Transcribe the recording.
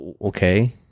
okay